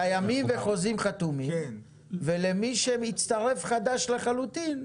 קיימים וחוזים חתומים ולמי שמצטרף חדש לחלוטין,